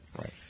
Right